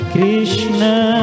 Krishna